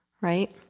right